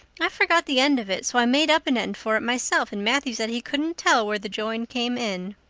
i forgot the end of it, so i made up an end for it myself and matthew said he couldn't tell where the join came in.